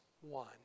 one